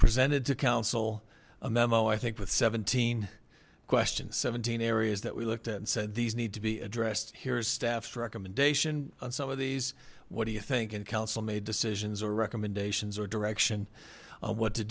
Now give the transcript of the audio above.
presented to council a memo i think with seventeen questions seventeen areas that we looked at and said these need to be addressed here's staff's recommendation on some of these what do you think and council made decisions or recommendations or direction on what to